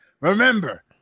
Remember